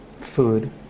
food